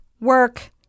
work